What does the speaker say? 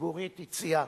הציבורית הציעה.